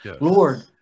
Lord